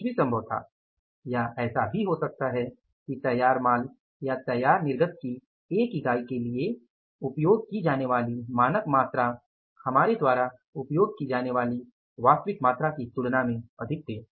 कुछ भी संभव था या ऐसा भी कुछ हो सकता है कि तैयार माल या तैयार निर्गत की एक इकाई के लिए उपयोग की जाने वाली मानक मात्रा हमारे द्वारा उपयोग की जाने वाली वास्तविक मात्रा की तुलना में अधिक थी